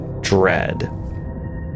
dread